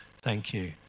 thank you.